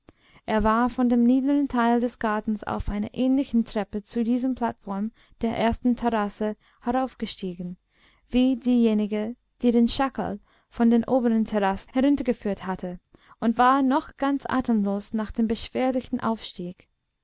er war von dem niederen teil des gartens auf einer ähnlichen treppe zu dieser plattform der ersten terrasse heraufgestiegen wie diejenige die den schakal von den oberen terrassen heruntergeführt hatte und war noch ganz atemlos nach dem beschwerlichen aufstieg